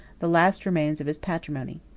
the last remains of his patrimony.